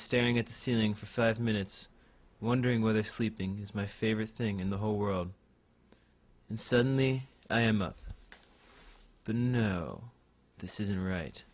staring at the ceiling for five minutes wondering whether sleeping is my favorite thing in the whole world and suddenly i am a no this isn't right